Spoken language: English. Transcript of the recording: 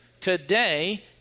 today